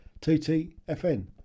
TTFN